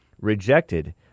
rejected